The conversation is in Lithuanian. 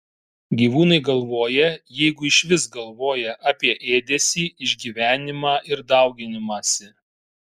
gyvūnai galvoja jeigu išvis galvoja apie ėdesį išgyvenimą ir dauginimąsi